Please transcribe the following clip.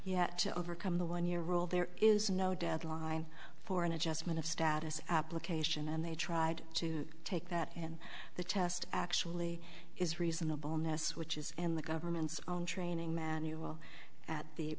yet to overcome the one year rule there is no deadline for an adjustment of status application and they tried to take that and the test actually is reasonable ness which is in the government's own training manual at the